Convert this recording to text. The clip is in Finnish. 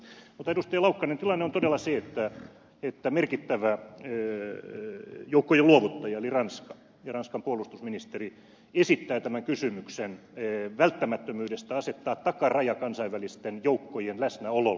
laukkanen tilanne on todella se että merkittävä joukkojen luovuttaja eli ranska ja ranskan puolustusministeri esittää tämän kysymyksen välttämättömyydestä asettaa takaraja kansainvälisten joukkojen läsnäololle